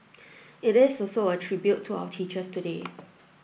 it is also a tribute to our teachers today